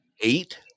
eight